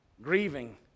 grieving